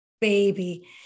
baby